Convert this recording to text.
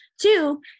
Two